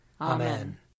Amen